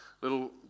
little